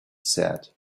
said